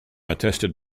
attested